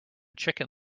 chicken